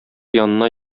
янына